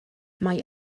mae